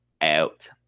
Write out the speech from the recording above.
out